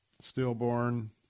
Stillborn